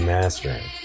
Mastering